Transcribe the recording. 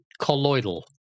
colloidal